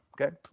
Okay